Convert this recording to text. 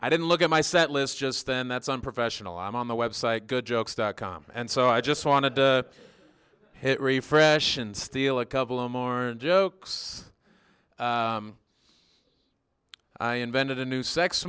i didn't look at my set list just then that's unprofessional i'm on the website good jokes dot com and so i just want to hit refresh and steal a couple of morning jokes i invented a new sex